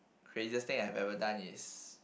craziest thing I have ever done is